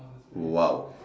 !wow!